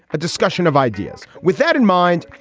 a discussion of ideas. with that in mind,